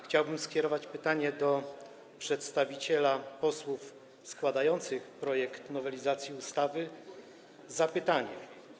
Chciałbym skierować do przedstawiciela posłów składających projekt nowelizacji ustawy zapytanie.